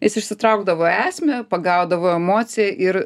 jis išsitraukdavo esmę pagaudavo emociją ir